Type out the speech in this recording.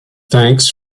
thanks